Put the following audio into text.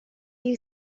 you